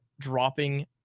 dropping